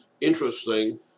interesting